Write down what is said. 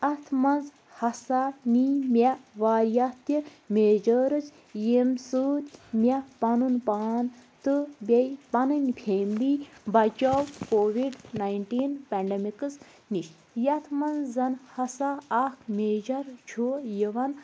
اتھ منٛز ہَسا نی مےٚ وارِیاہ تہِ میجٲرٕز ییٚمہِ سۭتۍ مےٚ پنُن پان تہٕ بیٚیہِ پنٕنۍ فیملی بچٲو کوٚوِڈ ناینٹیٖن پیٚنڈمِکٕس نِش یَتھ منٛز زَن ہَسا اکھ میجر چھُ یِوان